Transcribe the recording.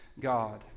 God